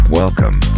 welcome